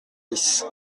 dix